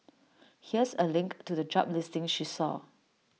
here's A link to the job listing she saw